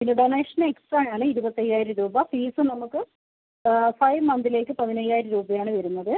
പിന്നെ donation extra ആണ് ഇരുപത്തി അയ്യായിരം രൂപ ഫീസ് നമുക്ക് ഫൈവ് മന്തിലേക്ക് പതിനയ്യായിരം രൂപയാണ് വരുന്നത്